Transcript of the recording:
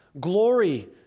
Glory